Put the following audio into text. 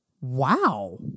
wow